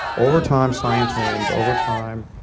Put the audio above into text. over time science wins. over time